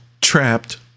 trapped